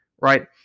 right